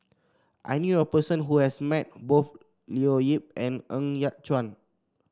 I knew a person who has met both Leo Yip and Ng Yat Chuan